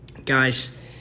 Guys